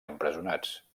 empresonats